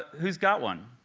who's got one?